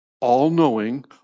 all-knowing